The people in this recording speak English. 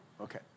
Okay